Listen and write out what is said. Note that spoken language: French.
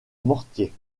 mortier